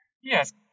Yes